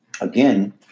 Again